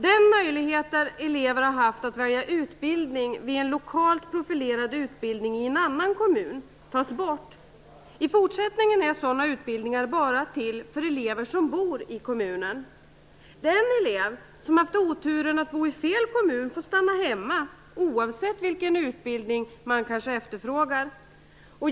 Den möjlighet som elever haft att välja utbildning vid en lokalt profilerad utbildning i en annan kommun tas bort. I fortsättningen är sådana utbildningar bara till för elever som bor i kommunen. Den elev som haft oturen att bo i fel kommun får stanna hemma, oavsett vilken utbildning man kanske efterfrågar.